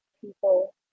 people